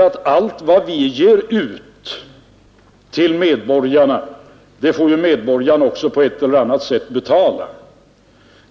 Allt vad vi ger ut till medborgarna får medborgarna också på ett eller annat sätt betala.